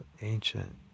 ancient